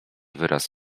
wyraz